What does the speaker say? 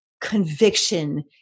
conviction